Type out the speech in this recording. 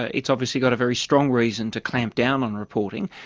ah it's obviously got a very strong reason to clamp down on reporting.